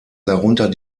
darunter